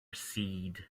seed